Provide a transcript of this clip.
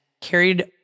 carried